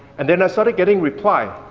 and then i started getting reply.